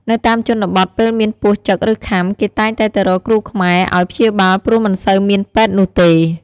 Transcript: នៅតាមជនបទពេលមានពស់ចឹកឬខាំគេតែងតែទៅរកគ្រួខ្មែរអោយព្យាបាលព្រោះមិនសូវមានពេទ្យនោះទេ។